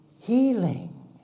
healing